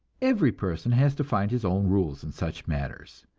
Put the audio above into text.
every person has to find his own rules in such matters.